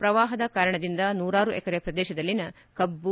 ಪ್ರವಾಹದ ಕಾರಣದಿಂದ ನೂರಾರು ಎಕರೆ ಪ್ರದೇಶದಲ್ಲಿನ ಕಬ್ಬು